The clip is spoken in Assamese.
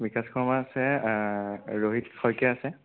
বিকাশ শৰ্মা আছে ৰোহিত শইকীয়া আছে